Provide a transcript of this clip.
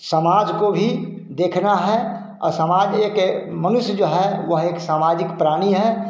समाज को भी देखना है और समाज एक मनुष्य जो है वह एक सामाजिक प्राणी है